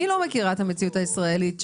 אני לא מכירה את המציאות הישראלית?